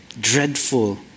dreadful